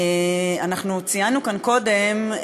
אנחנו ציינו כאן קודם,